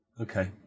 Okay